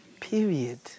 period